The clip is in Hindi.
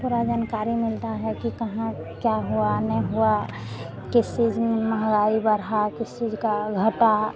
पुरी जनकारी मिलती है कि कहाँ क्या हुआ नहीं हुआ किस चीज़ में महँगाई बढ़ी किस चीज़ का घटा